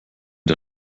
der